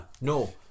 no